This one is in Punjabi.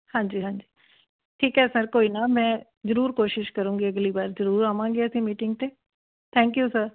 ਹਾਂਜੀ ਹਾਂਜੀ ਠੀਕ ਹੈ ਸਰ ਕੋਈ ਨਾ ਮੈਂ ਜ਼ਰੂਰ ਕੋਸ਼ਿਸ਼ ਕਰੂੰਗੀ ਅਗਲੀ ਵਾਰ ਜ਼ਰੂਰ ਆਵਾਂਗੇ ਅਸੀਂ ਮੀਟਿੰਗ 'ਤੇ ਥੈਂਕ ਯੂ ਸਰ